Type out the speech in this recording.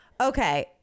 okay